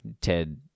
Ted